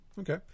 Okay